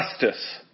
Justice